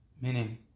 meaning